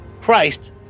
Christ